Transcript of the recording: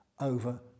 over